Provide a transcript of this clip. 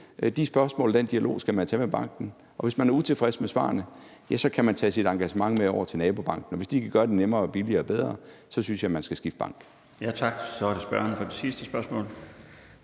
De spørgsmål og den dialog, skal man tage med banken, og hvis man er utilfreds med svarene, kan man tage sit engagement med over til nabobanken. Hvis de kan gøre det nemmere, billigere og bedre, synes jeg, at man skal skifte bank. Kl. 14:53 Den fg. formand (Bjarne Laustsen):